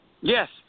Yes